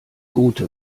gute